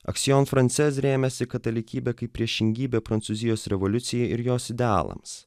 aksiom francez rėmėsi katalikybe kaip priešingybė prancūzijos revoliucijai ir jos idealams